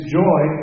joy